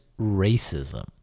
racism